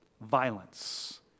Violence